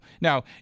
Now